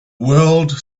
world